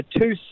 two